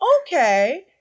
Okay